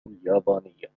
اليابانية